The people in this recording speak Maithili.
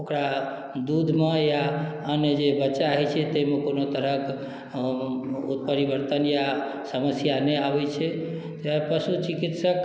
ओकरा दूधमे या अन्य जे बच्चा होइत छै ताहिमे कोनो तरहक ओ परिवर्तन या समस्या नहि आबैत छै तैँ पशु चिकित्सक